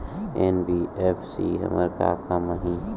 NBFC हमर का काम आही?